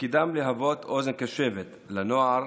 שתפקידם להיות אוזן קשבת לנוער